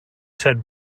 said